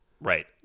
Right